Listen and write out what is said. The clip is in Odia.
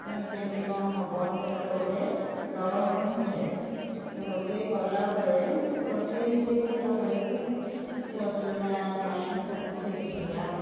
କେମିତି କଣ ହେବ ସେଟାର ଗୋଟେ ଡର ମଧ୍ୟ ଥାଏ ରୋଷେଇ କଲା ପରେ ରୋଷେଇ ହୋଇସାରିଲା ପରେ ଯେ କିଛି ଅସୁବିଧା ନାହିଁ ସବୁ ଠିକ୍ ହେଲା